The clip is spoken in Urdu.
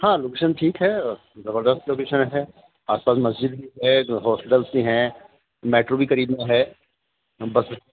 ہاں لوکیشن ٹھیک ہے زبردست لوکیشن ہے آس پاس مسجد بھی ہے ہاسپٹلس بھی ہیں میٹرو بھی قریب میں ہے بس